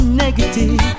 negative